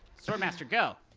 sword master, go!